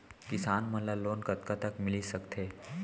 किसान मन ला लोन कतका तक मिलिस सकथे?